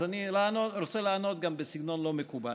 אז גם אני רוצה לענות בסגנון לא מקובל.